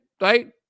right